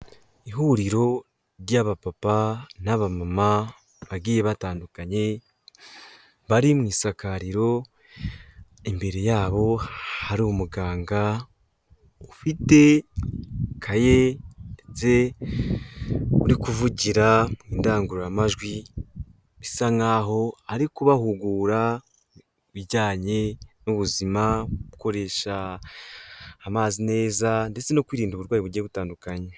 Ihuriro ry'abapapa n'aba mamama bagiye batandukanye bari mu isakariro, imbere yabo hari umuganga ufite ikaye ndetse uri kuvugira mu indangururamajwi bisa nk'aho ari kubahugura, ibijyanye n'ubuzima bukoresha amazi nezandetse no kwirinda uburwayi bugiye butandukanye.